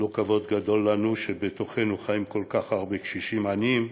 לא כבוד גדול לנו שבתוכנו חיים כל כך הרבה קשישים עניים.